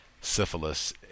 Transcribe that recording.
syphilis